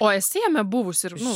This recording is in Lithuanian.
o esi jame buvusi ir nu